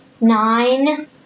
nine